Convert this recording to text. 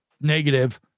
negative